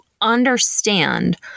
understand